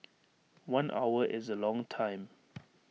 one hour is A long time